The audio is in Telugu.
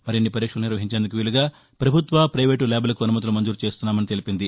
మరిన్ని పరీక్షలు నిర్వహించేందుకు వీలుగా ప్రభుత్వ ప్రైవేటు ల్యాబులకు అనుమతులు మంజూరు చేస్తున్నామని పేర్కొంది